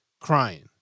crying